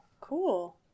cool